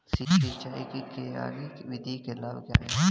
सिंचाई की क्यारी विधि के लाभ क्या हैं?